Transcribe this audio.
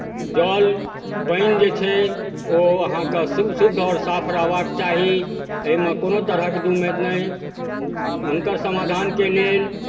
जल पानि जे छै ओ अहाँकेँ शु शुद्ध आओर साफ रहबाक चाही एहिमे कोनो तरहके दूमति नहि हु हुनकर समाधानके लेल